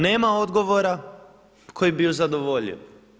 Nema odgovora, koji bi ju zadovoljio.